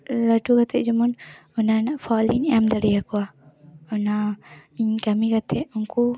ᱞᱟᱹᱴᱩ ᱠᱟᱛᱮᱫ ᱡᱮᱢᱚᱱ ᱚᱱᱟ ᱨᱮᱱᱟᱜ ᱯᱷᱚᱞ ᱤᱧ ᱮᱢ ᱫᱟᱲᱮᱣᱠᱚᱣᱟ ᱚᱱᱟ ᱤᱧ ᱠᱟᱹᱢᱤ ᱠᱟᱛᱮᱫ ᱩᱱᱠᱩ